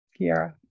Kiara